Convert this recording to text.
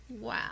Wow